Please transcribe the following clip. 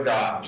God